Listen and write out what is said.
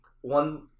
One